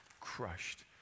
crushed